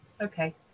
okay